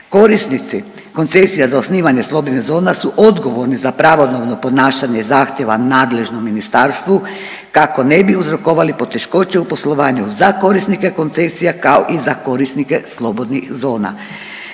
Korisnici koncesija za osnivanje slobodnih zona su odgovorni za pravodobno podnašanje zahtjeva nadležnom ministarstvu kako ne bi uzrokovali poteškoće u poslovanju za korisnike koncesija kao i za korisnike slobodnih zona.